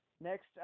Next